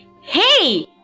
hey